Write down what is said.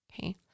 okay